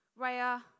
Raya